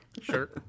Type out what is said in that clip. Sure